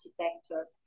architecture